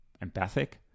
empathic